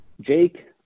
Jake